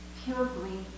purely